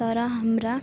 तर हाम्रा